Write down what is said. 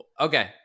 okay